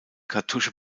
kartusche